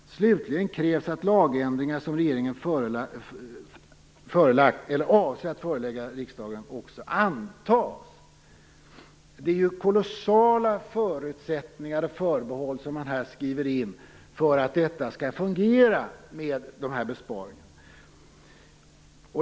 Slutligen krävs att lagändringar som regeringen förelagt eller avser att förelägga riksdagen också antas." Det är ju kolossala förutsättningar och förbehåll som man här skriver in för att dessa besparingar skall fungera!